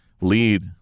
lead